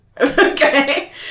Okay